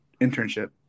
internship